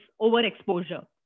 overexposure